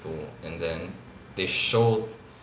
and then they show